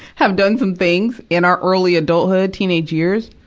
have done some things in our early adulthood, teenage years,